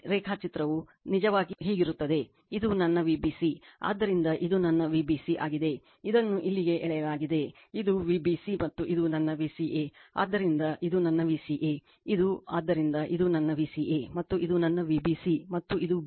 ಈ ರೇಖಾಚಿತ್ರವು ನಿಜವಾಗಿ ಹೀಗಿರುತ್ತದೆ ಇದು ನನ್ನ Vbc ಆದ್ದರಿಂದ ಇದು ನನ್ನ Vbc ಆಗಿದೆ ಇದನ್ನು ಇಲ್ಲಿಗೆ ಎಳೆಯಲಾಗಿದೆ ಇದು Vbc ಮತ್ತು ಇದು ನನ್ನ Vca ಆದ್ದರಿಂದ ಇದು ನನ್ನ Vca ಇದು ಆದ್ದರಿಂದ ಇದು ನನ್ನ Vca ಮತ್ತು ಇದು ನನ್ನ Vbc ಮತ್ತು ಇದು b